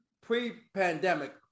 pre-pandemic